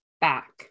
back